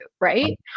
Right